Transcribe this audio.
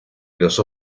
los